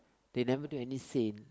they never do any sin